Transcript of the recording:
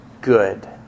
good